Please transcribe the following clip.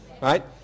Right